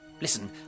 Listen